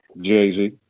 Jay-Z